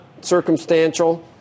circumstantial